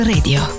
Radio